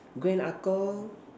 grand ah-Gong